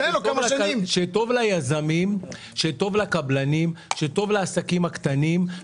שטוב לקבלנים שטוב לעסקים הקטנים,